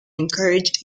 encourage